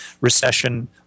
recession